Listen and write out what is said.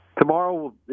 tomorrow